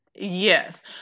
Yes